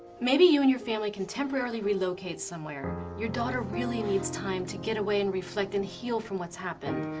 maybe you and your family can temporarily relocate somewhere, your daughter really needs time to get away and reflect and heal from what's happened.